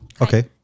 Okay